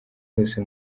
yose